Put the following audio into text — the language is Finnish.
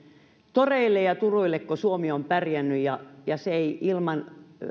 toreille ja turuille kun suomi on pärjännyt ja ja se ei ilman